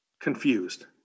confused